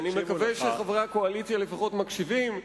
אני מקווה שחברי הקואליציה לפחות מקשיבים.